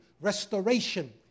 restoration